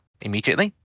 immediately